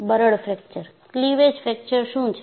બરડ fracture cleavage fracture શું છે